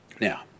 Now